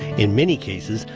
in many cases,